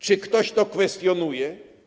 Czy ktoś to kwestionuje?